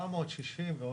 960 ועוד.